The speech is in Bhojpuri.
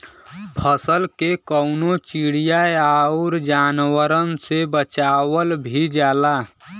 फसल के कउनो चिड़िया आउर जानवरन से बचावल भी जाला